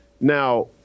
Now